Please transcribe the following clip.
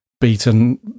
beaten